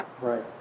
right